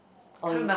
or you